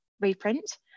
reprint